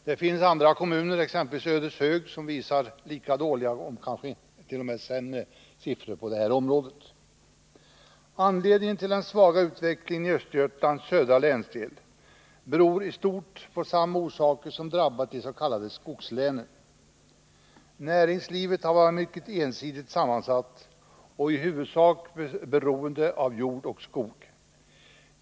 Det finns även andra kommuner, exempelvis Ödeshög, som på detta område uppvisar lika dåliga eller kanske sämre siffror. Den svaga utvecklingen i Östergötlands södra länsdel beror i stort på samma faktorer som drabbat de s.k. skogslänen. Näringslivet har varit mycket ensidigt sammansatt och i huvudsak beroende av jord och skog.